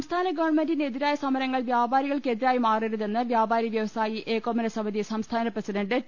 സംസ്ഥാന ഗവൺമെന്റിനെതിരായ സമരങ്ങൾ വ്യാപാരികൾക്കെതി രായി മാറരുതെന്ന് വ്യാപാരി വൃവസായി ഏകോപന സമിതി സംസ്ഥാന പ്രസിഡന്റ് ടി